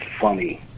funny